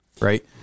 right